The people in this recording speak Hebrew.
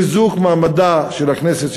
חיזוק מעמדה של הכנסת,